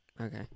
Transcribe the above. Okay